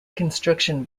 construction